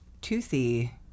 Toothy